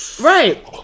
right